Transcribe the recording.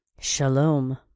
Shalom